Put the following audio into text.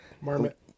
marmot